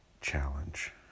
challenge